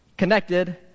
Connected